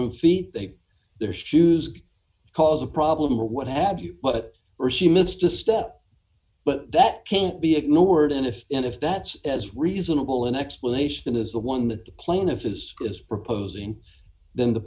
own feet take their shoes cause a problem or what have you but or she missed a step but that can't be ignored and if and if that's as reasonable an explanation as the one the plaintiff is is proposing than the